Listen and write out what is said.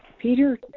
Peter